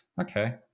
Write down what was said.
Okay